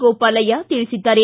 ಗೋಪಾಲಯ್ಯ ತಿಳಿಸಿದ್ದಾರೆ